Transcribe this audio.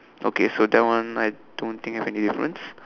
okay so that one I don't think there's any difference